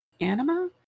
Anima